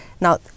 Now